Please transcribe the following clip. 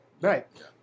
right